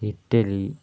Italy